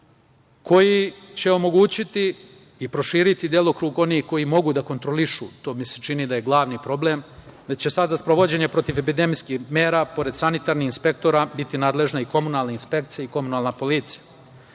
koji će omogućiti i proširiti delokrug onih koji mogu da kontrolišu, a to mi se čini da je glavni problem, da će sad za sprovođenje protivepidemijskih mera, pored sanitarnih inspektora, biti nadležna i komunalna inspekcija i komunalna policija. Kao